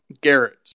garrett